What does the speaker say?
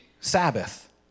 Sabbath